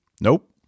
Nope